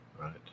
right